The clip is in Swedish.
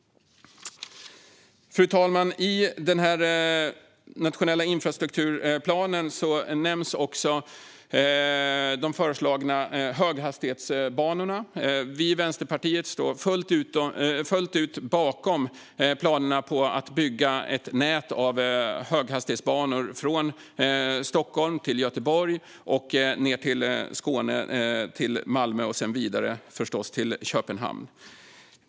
Fru talman! I den nationella infrastrukturplanen nämns också de föreslagna höghastighetsbanorna. Vi i Vänsterpartiet står fullt ut bakom planerna på att bygga ett nät av höghastighetsbanor från Stockholm till Göteborg och till Malmö och vidare till Köpenhamn.